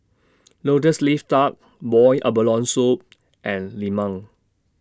Lotus Leaf Duck boiled abalone Soup and Lemang